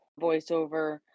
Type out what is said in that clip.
voiceover